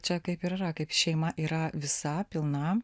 čia kaip ir yra kaip šeima yra visa pilna